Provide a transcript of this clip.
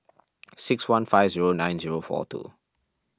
six one five zero nine zero four two